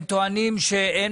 הם טוענים שאין